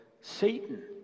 Satan